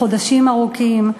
חודשים ארוכים,